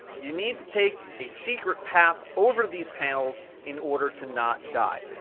you need to take a secret path over these panels in order to not die.